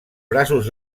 braços